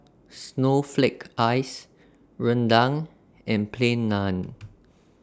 Snowflake Ice Rendang and Plain Naan